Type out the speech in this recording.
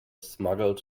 smuggled